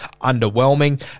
underwhelming